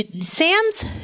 Sam's